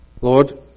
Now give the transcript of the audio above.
Lord